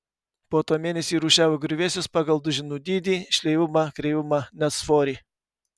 po to mėnesį rūšiavo griuvėsius pagal duženų dydį šleivumą kreivumą net svorį